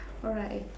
alright